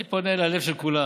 אני פונה ללב של כולם,